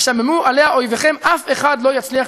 "ושממו עליה איביכם" אף אחד לא יצליח